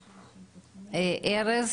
ארז,